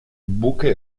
buque